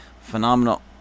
phenomenal